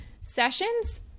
sessions